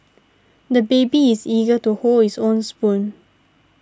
the baby is eager to hold his own spoon